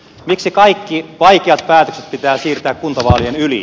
miksi kaikki vaikeat päätökset pitää siirtää kuntavaalien yli